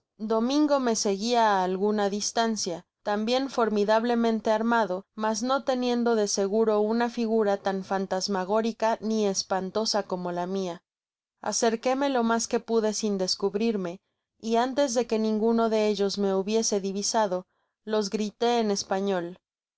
domingo me seguia á alguna distancia también formidablemente armado mas no teniendo de seguro una figura tan fantasmagórica ni espantosa como lamia acerquéme lomas que pude sin descubrirme y antes da que ninguno de ellos me hubiese divisadolos grité en español